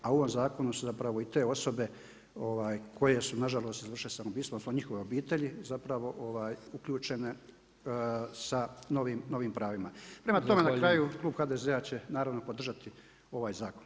A u ovom zakonu su zapravo i te osobe koje su na žalost izvršile samoubistvo, odnosno njihove obitelji zapravo uključene sa novim pravima [[Upadica Brkić: Zahvaljujem.]] Prema tome, na kraju klub HDZ-a će naravno podržati ovaj zakon.